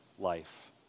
life